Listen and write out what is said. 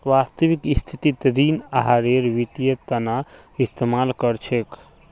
वास्तविक स्थितित ऋण आहारेर वित्तेर तना इस्तेमाल कर छेक